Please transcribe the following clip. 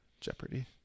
Jeopardy